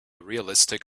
realistic